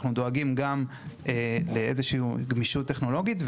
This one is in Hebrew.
אנחנו גם דואגים לאיזושהי גמישות טכנולוגית,